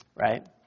right